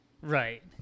Right